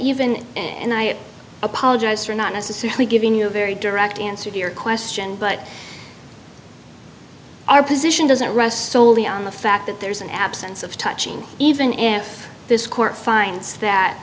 even and i apologize for not necessarily giving you a very direct answer to your question but our position doesn't rest solely on the fact that there's an absence of touching even if this court finds that